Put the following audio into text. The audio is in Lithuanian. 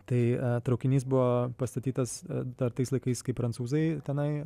tai traukinys buvo pastatytas dar tais laikais kai prancūzai tenai